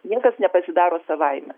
niekas nepasidaro savaime